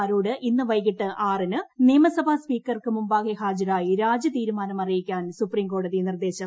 മാരോട് ഇന്ന് വൈകിട്ട് ആറിന് നിയമസഭാ സ്പീക്കർക്ക് മുമ്പാകെ ഹാജരായി രാജി തീരുമാനം അറിയിക്കാൻ സുപ്രീംകോടതി നിർദ്ദേശം